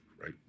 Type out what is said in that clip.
right